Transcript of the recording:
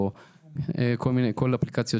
או מכל מיני אפליקציות,